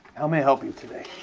how may i help you today?